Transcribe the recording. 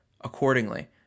accordingly